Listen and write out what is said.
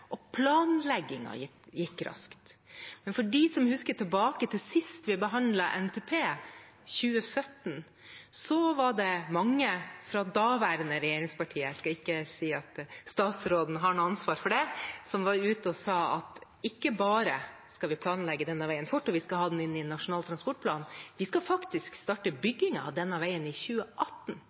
gikk raskt. Men de som husker tilbake til sist vi behandlet NTP, i 2017, vil huske at det var mange fra daværende regjeringspartier – jeg skal ikke si at statsråden har noe ansvar for det – som var ute og sa at ikke bare skal vi planlegge denne veien fort, og vi skal ha den inn i Nasjonal transportplan, men vi skal faktisk starte byggingen av denne veien i 2018.